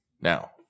Now